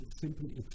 simply